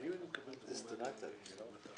דברים כאלה קורים חדשים לבקרים.